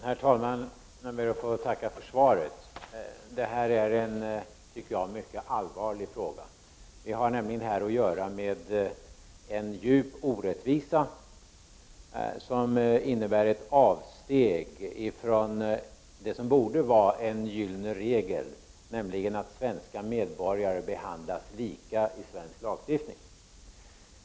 Herr talman! Jag ber att få tacka för svaret. Detta är en mycket allvarlig fråga. Vi har här att göra med en djup orättvisa, som innebär ett avsteg från det som borde vara en gyllene regel, nämligen att svenska medborgare behandlas lika i svensk lagstiftning.